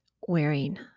wearing